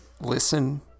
listen